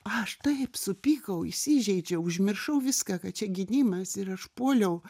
aš taip supykau įsižeidžiau užmiršau viską kad čia gynimas ir aš puoliau